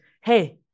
hey